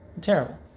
Terrible